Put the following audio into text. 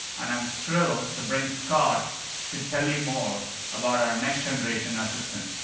and i'm thrilled to bring scott to tell you more about our next generation assistant.